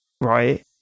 right